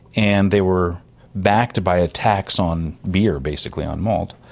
and they were backed by a tax on beer basically, on malt.